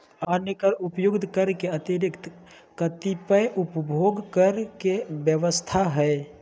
अन्य कर उपर्युक्त कर के अतिरिक्त कतिपय उपभोग कर के व्यवस्था ह